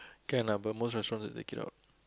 can lah but most restaurants they cannot